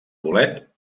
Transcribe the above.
bolet